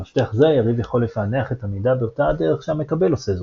מפתח זה היריב יכול לפענח את המידע באותה הדרך שהמקבל עושה זאת,